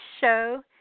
show